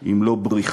אם לא בריחה